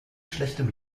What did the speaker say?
schlechtem